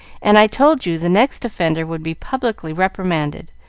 and i told you the next offender would be publicly reprimanded,